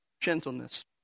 Gentleness